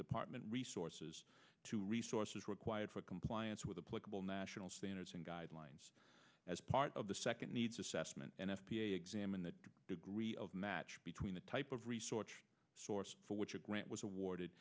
department resources to resources required for compliance with the political national standards and guidelines as part of the second needs assessment n f p a examine the degree of match between the type of resource source for which a grant was awarded